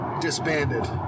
disbanded